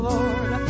Lord